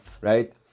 right